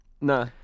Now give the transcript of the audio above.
No